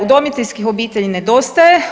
Udomiteljskih obitelji nedostaje.